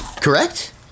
Correct